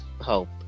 hope